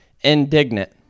Indignant